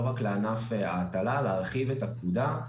לא רק לענף ההטלה להרחיב את הפקודה.